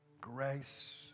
grace